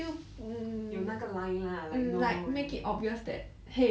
有那个 line lah like no line